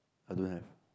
I don't have